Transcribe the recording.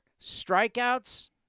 strikeouts